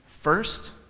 First